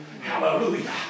Hallelujah